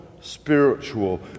spiritual